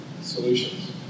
solutions